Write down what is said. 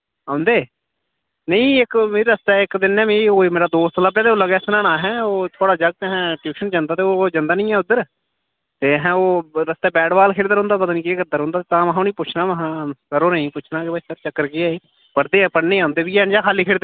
औंदे नेईं इक मी रस्ते इक दिन ना मी रस्ते ना कोई मेरा दोस्त लब्भेआ ते ओह् लगेआ सनाना अहें ओह् थुआढ़ा जागत अहें ट्यूशन जंदा ते ओह् जंदा निं ऐ उद्धर ते अहें ओह् रस्ते बैट बाल खेढदा रौंह्दा पता निं केह् करदा रौंह्दा तां महां उ'नें ई पुच्छना महां सर होरें ई पुच्छना के भाई सर चक्कर केह् ऐ एह् पढ़दे पढ़ने'ई औंदे बी हैन जां खाल्ली खेढदे रौंह्दे